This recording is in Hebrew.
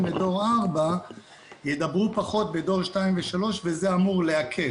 לדור 4 ידברו פחות בדור 2 ו-3 וזה אמור להקל.